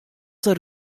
der